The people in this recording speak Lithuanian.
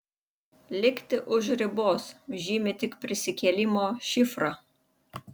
likti už ribos žymi tik prisikėlimo šifrą